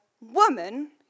Woman